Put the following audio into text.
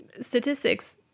statistics